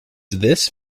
this